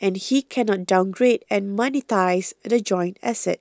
and he cannot downgrade and monetise the joint asset